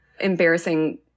embarrassing